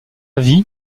vie